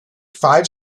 five